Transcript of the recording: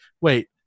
wait